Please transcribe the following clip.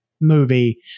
movie